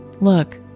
Look